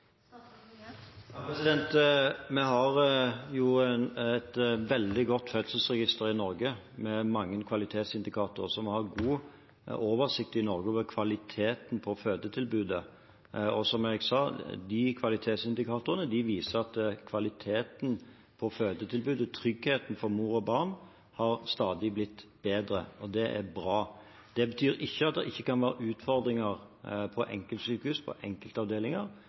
Vi har et veldig godt fødselsregister i Norge, med mange kvalitetsindikatorer. Så vi har god oversikt i Norge over kvaliteten på fødetilbudet. Som jeg sa, viser de kvalitetsindikatorene at kvaliteten på fødetilbudet – tryggheten for mor og barn – har blitt stadig bedre, og det er bra. Det betyr ikke at det ikke kan være utfordringer på enkeltsykehus og enkeltavdelinger